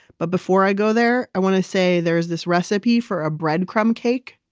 but before i go there, i want to say there's this recipe for a breadcrumb cake.